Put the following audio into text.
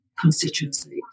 constituency